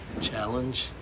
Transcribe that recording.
Challenge